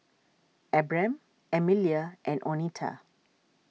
Abram Emilia and oneta